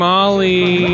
Molly